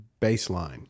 baseline